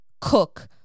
cook